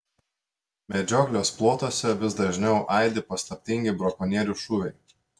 medžioklės plotuose vis dažniau aidi paslaptingi brakonierių šūviai